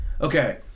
Okay